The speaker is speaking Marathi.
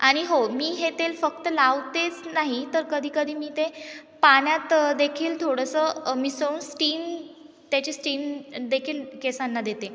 आणि हो मी हे तेल फक्त लावतेच नाही तर कधीकधी मी ते पाण्यात देखील थोडंसं मिसळून स्टीम त्याची स्टीम देखील केसांना देते